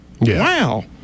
Wow